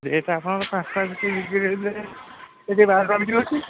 rate ଆପଣଙ୍କ ପାଞ୍ଚଟଙ୍କାରେ ବିକିବେ ସେଠି ବାର ଟଙ୍କା ବିକ୍ରି ହେଉଛି